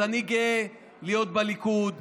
אז אני גאה להיות בליכוד,